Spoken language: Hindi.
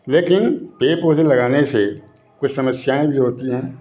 लेकिन पेड़ पौधे लगाने से कुछ समस्याएँ भी होती हैं